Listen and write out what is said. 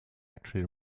actually